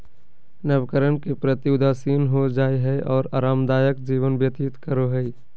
नवकरण के प्रति उदासीन हो जाय हइ और आरामदायक जीवन व्यतीत करो हइ